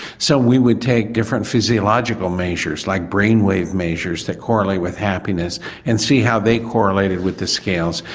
so we would take different physiological measures like brainwave measures that correlate with happiness and see how they correlated with the scales.